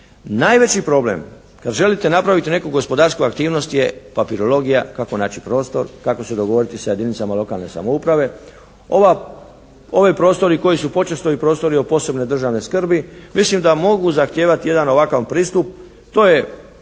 najveći problem kad želite napraviti neku gospodarsku aktivnost je papirologija kako naći prostor, kako se dogovoriti sa jedinicama lokalne samouprave. Ovi prostori koji su počesto i prostori od posebne državne skrbi, mislim da mogu zahtijevati ovakav jedan pristup. To je